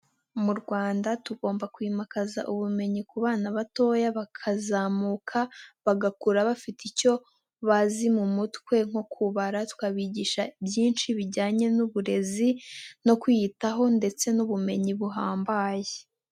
Mu Rwanda tugomba kwimakaza ubumenyi ku bana batoya bakazamuka bagakura bafite icyo bazi mu mutwe nko kubara, tukabigisha byinshi bijyanye n'uburezi no kwiyitaho ndetse n'ubumenyi buhambaye.